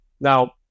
Now